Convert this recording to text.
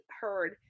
heard